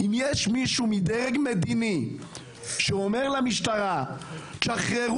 אם יש מישהו בדרג המדיני שאומר למשטרה לשחרר